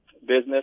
business